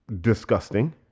disgusting